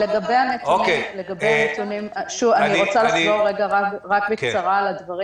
אני רוצה לחזור בקצרה על הדברים